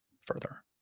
further